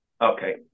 okay